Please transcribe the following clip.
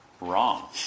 wrong